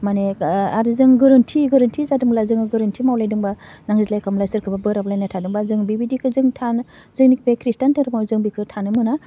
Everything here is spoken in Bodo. मानि ओह आरो जों गोरोन्थि गोरोन्थि जादोंब्ला जोङो गोरोन्थि मावलायदोंबा नांज्लाय खमलाय सोरखौबा बोराबलायनाय थादोंबा जों बेबायदिखौ जों थानो जोंनि बे खृष्टान धोरोमाव जों बेखौ थानो मोना